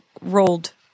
rolled